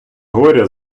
горя